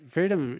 Freedom